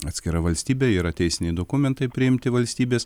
atskira valstybė yra teisiniai dokumentai priimti valstybės